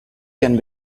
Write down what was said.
can